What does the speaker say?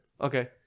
Okay